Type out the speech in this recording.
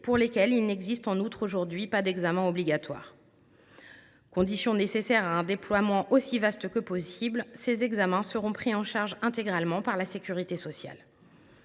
pour lesquels il n’existe en outre pas d’examen obligatoire aujourd’hui. Condition nécessaire à un déploiement aussi vaste que possible, ces examens seront pris en charge intégralement par la sécurité sociale.